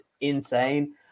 insane